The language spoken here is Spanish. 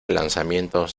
lanzamientos